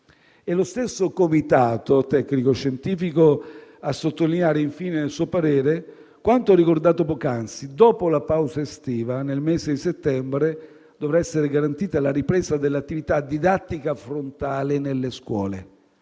È lo stesso comitato tecnico-scientifico a sottolineare, infine, nel suo parere quanto ricordato poc'anzi: dopo la pausa estiva, nel mese di settembre dovrà essere garantita la ripresa dell'attività didattica frontale nelle scuole